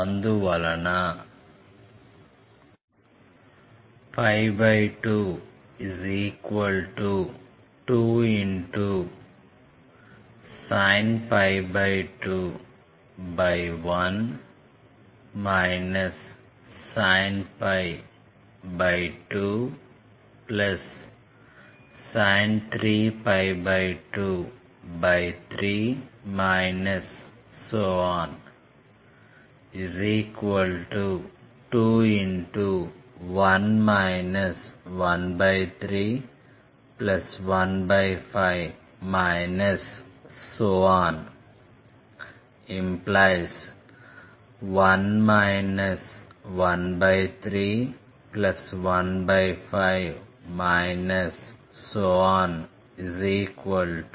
అందువలన 22sin 2 1 sin 2sin 3π2 3 21 1315 ⇒1 1315 4